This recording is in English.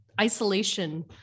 isolation